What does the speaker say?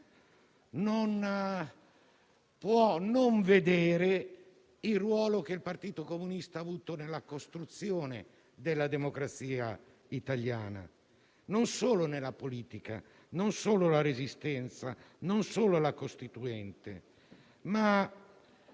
non può non vedere il ruolo che il Partito Comunista ha avuto nella costruzione della democrazia italiana, non solo nella politica, non solo nella Resistenza, non solo nell'Assemblea